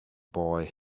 boy